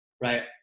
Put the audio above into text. right